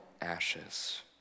ashes